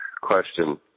question